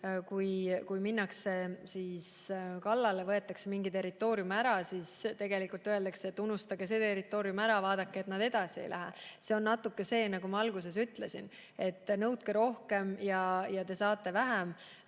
kus minnakse kallale, võetakse mingi territoorium ära ja siis öeldakse, et unustage see territoorium ära ja vaadake, et nad edasi ei lähe. See on natuke sedamoodi, nagu ma alguses ütlesin, et nõudke rohkem ja te saate vähem.